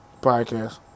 podcast